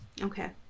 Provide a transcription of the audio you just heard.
okay